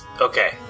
Okay